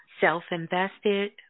self-invested